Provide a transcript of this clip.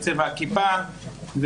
צבע הכיפה,